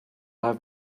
have